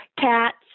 cats